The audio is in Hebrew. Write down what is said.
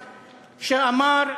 שאמר: